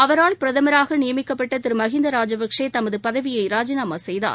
அவரால் பிரதமராகநியமிக்கப்பட்டதிருமகிந்தாராஜபக்சேதமதுபதவியைராஜினாமாசெய்தார்